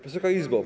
Wysoka Izbo!